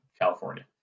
california